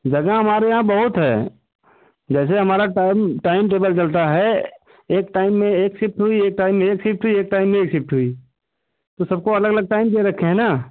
जगह हमारे यहाँ बहुत है जैसे हमारा टाइम टाइम टेबल चलता है एक टाइम में एक सिफ़्ट हुई एक टाइम में एक सिफ़्ट हुई एक टाइम में एक सिफ़्ट हुई तो सबको अलग अलग टाइम दे रखे हैं न